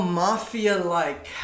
mafia-like